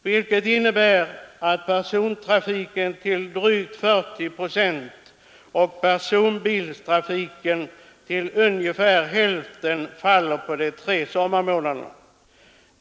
Drygt 40 procent av persontrafiken och ungefär hälften av personbilstrafiken faller på de tre sommarmånaderna.